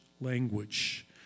language